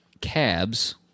cabs